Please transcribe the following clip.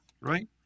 Right